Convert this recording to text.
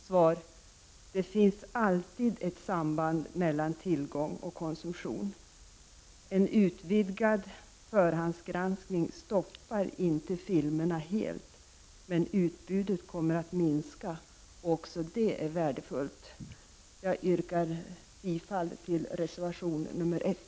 Svar: Det finns alltid ett samband mellan tillgång och konsumtion. En utvidgad förhandsgranskning stoppar inte filmerna helt. Men utbudet kommer att minska. Också det är värdefullt. Jag yrkar bifall till reservation nr 1.